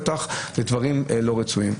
וזה פתח לדברים לא רצויים.